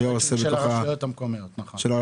נכון, של הרשויות המקומיות.